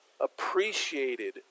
appreciated